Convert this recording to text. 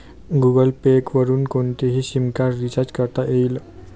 Google Pay वरुन कोणतेही SIM card recharge करता येईल